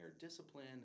discipline